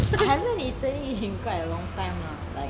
I haven't eaten it in quite a long time